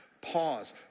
Pause